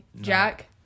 jack